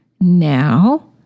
now